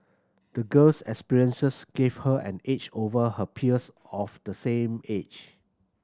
the girl's experiences gave her an edge over her peers of the same age